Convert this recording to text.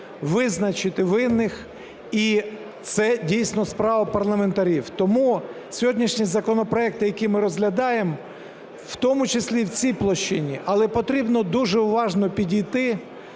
визначити винних. І це дійсно справа парламентарів. Тому сьогоднішні законопроекти, які ми розглядаємо, в тому числі в цій площині, але потрібно дуже уважно підійти